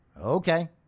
Okay